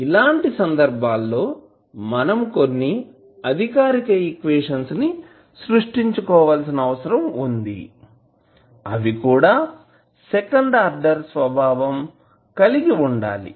ఇలాంటి సందర్భాల్లో మనము కొన్ని అధికారిక ఈక్వేషన్స్ సృష్టించు కోవలసిన అవసరం వుంది అవి కూడా సెకండ్ ఆర్డర్ స్వభావం కలిగి ఉండాలి